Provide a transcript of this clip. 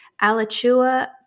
Alachua